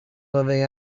living